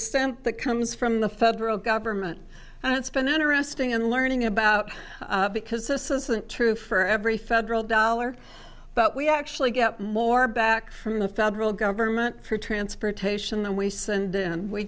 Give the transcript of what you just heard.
percent that comes from the federal government and it's been interesting in learning about because this isn't true for every federal dollar but we actually get more back from the federal government for transportation than we send and